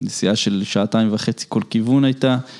נסיעה של שעתיים וחצי כל כיוון הייתה.